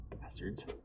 Bastards